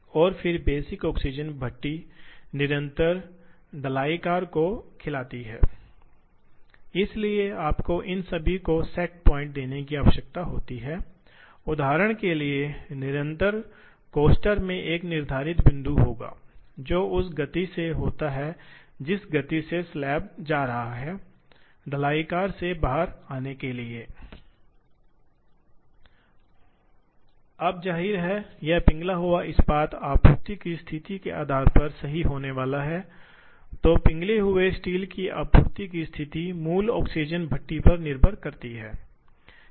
जब engineering design में बदलाव फिर से हल्के होते हैं तो यह भी सेट अप समय से संबंधित होता है इसलिए आप देखते हैं कि मूल रूप से दो बिंदु हैं एक ऐसी स्थिति है जहां सेट अप समय की एक अच्छी मात्रा की आवश्यकता होती है और दूसरी बात यह है कि परिस्थितियां हैं जहां बहुत उच्च कौशल के लिए जटिल ज्यामिति को पूरा करने और करीब सहिष्णुता की आवश्यकता होती है इसलिए यह इन दो कारणों से है कि सीएनसी गैर सीएनसी मशीनों या मैन्युअल रूप से संचालित मशीनों पर स्कोर करते हैं